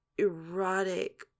erotic